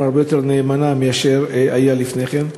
הרבה יותר נאמנה מאשר מה שהיה לפני כן.